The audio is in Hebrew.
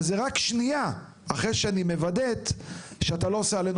אבל זו רק שנייה אחרי שאני מוודאת שאתה לא עושה עלינו